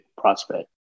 prospect